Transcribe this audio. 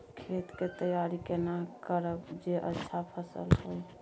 खेत के तैयारी केना करब जे अच्छा फसल होय?